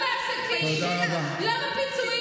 תפסיקי לצרוח.